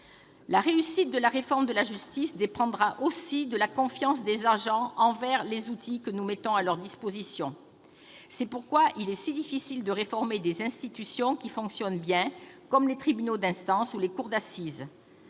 La réussite de la réforme de la justice dépendra aussi de la confiance des agents envers les outils que nous mettons à leur disposition. C'est pourquoi il est si difficile de réformer des institutions qui fonctionnent bien, comme les tribunaux d'instance ou les cours d'assises.